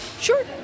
sure